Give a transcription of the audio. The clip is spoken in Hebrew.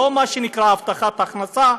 לא מה שנקרא הבטחת הכנסה,